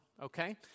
okay